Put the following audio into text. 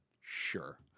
Sure